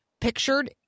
pictured